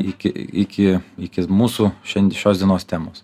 iki iki iki mūsų šiandien šios dienos temos